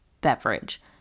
beverage